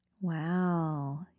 Wow